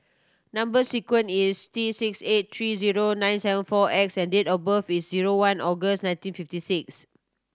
number sequence is T six eight three zero nine seven four X and date of birth is zero one August nineteen fifty six